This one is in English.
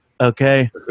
Okay